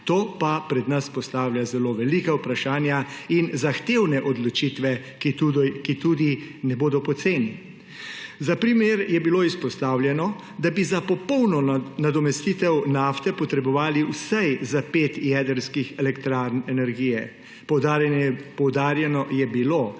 to pa pred nas postavlja zelo velika vprašanja in zahtevne odločitve, ki tudi ne bodo poceni. Za primer je bilo izpostavljeno, da bi za popolno nadomestitev nafte potrebovali vsaj za 5 jedrskih elektrarn energije. Poudarjeno je bilo,